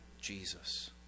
Jesus